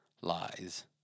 lies